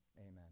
Amen